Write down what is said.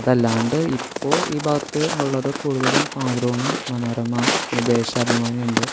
അതല്ലാണ്ട് ഇപ്പോൾ ഈ ഭാഗത്ത് ഉള്ളത് കൂടുതലും മാതൃഭൂമി മനോരമ പിന്നെ ദേശാഭിമാനി ഉണ്ട്